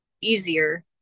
easier